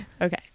Okay